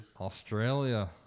Australia